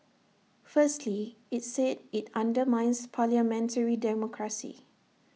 firstly IT said IT undermines parliamentary democracy